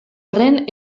arren